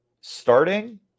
Starting